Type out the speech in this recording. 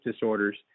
disorders